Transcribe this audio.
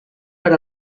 per